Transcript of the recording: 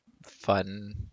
Fun